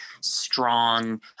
strong